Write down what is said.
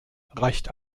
reicht